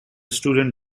student